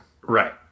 Right